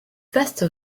vaste